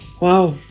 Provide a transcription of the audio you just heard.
Wow